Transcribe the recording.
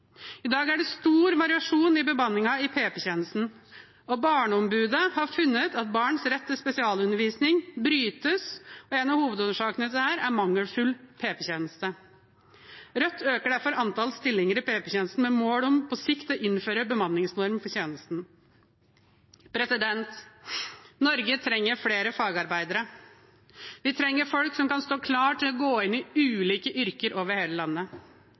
I dag er det stor variasjon i bemanningen i PP-tjenesten. Barneombudet har funnet at barns rett til spesialundervisning brytes, og at en av hovedårsakene til dette er mangelfull PP-tjeneste. Rødt øker derfor antall stillinger i PP-tjenesten, med mål om på sikt å innføre bemanningsnorm for tjenesten. Norge trenger flere fagarbeidere. Vi trenger folk som kan stå klar til å gå inn i ulike yrker over hele landet.